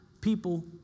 people